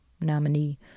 nominee